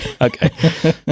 Okay